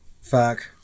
Fuck